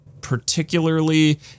particularly